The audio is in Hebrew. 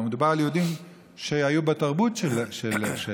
כבר מדובר על יהודים שהיו בתרבות של גרמניה.